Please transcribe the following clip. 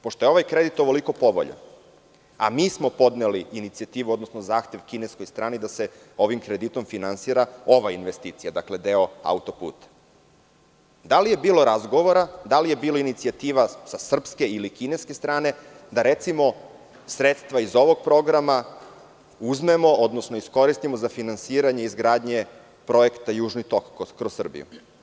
Pošto je ovaj kredit ovoliko povoljan, a mi smo podneli inicijativu odnosno zahtev kineskoj strani da se ovim kreditom finansira ova investicija, dakle deo auto-puta, da li je bilo razgovora, da li je bilo inicijativa sa srpske ili kineske strane da recimo sredstva iz ovog programa uzmemo odnosno iskoristimo za finansiranje izgradnje projekta Južni tok kroz Srbiju?